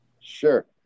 Sure